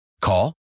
Call